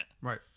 Right